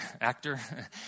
actor